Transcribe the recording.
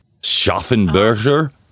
Schaffenberger